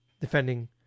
defending